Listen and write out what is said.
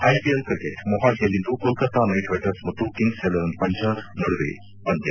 IPL cricket ಮೊಹಾಲಿಯಲ್ಲಿಂದು Kolkata Knight Riders ಮತ್ತು Kings ಹ ಇಲೆವೆನ್ ಪಂಜಾಬ್ ನಡುವೆ ಪಂದ್ಯ